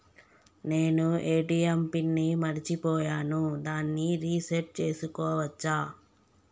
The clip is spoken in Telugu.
నేను ఏ.టి.ఎం పిన్ ని మరచిపోయాను దాన్ని రీ సెట్ చేసుకోవచ్చా?